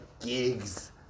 gigs